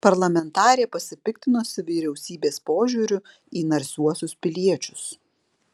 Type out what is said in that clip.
parlamentarė pasipiktinusi vyriausybės požiūriu į narsiuosius piliečius